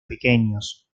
pequeños